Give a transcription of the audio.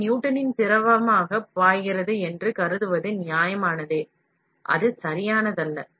பொருள் நியூட்டனின் திரவமாக பாய்கிறது என்று கருதுவது நியாயமானதே அது சரியானதல்ல